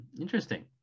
Interesting